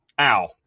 ow